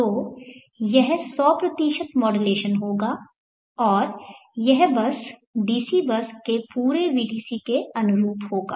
तो यह 100 मॉड्यूलेशन होगा और यह बस DC बस के पूरे vdc के अनुरूप होगा